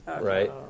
right